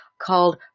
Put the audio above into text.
called